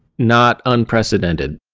not unprecedented.